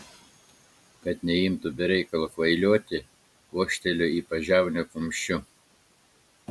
kad neimtų be reikalo kvailioti vožteliu į pažiaunę kumščiu